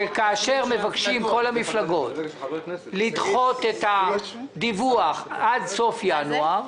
שכאשר מבקשים כל המפלגות לדחות את הדיווח עד סוף ינואר,